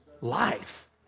life